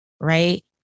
right